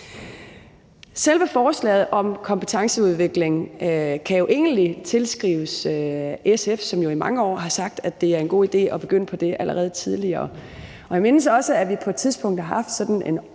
Selve forslaget om kompetenceudvikling kan jo egentlig tilskrives SF, som i mange år har sagt, at det er en god idé at begynde på det allerede tidligere. Jeg mindes også, at vi på et tidspunkt har haft